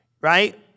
Right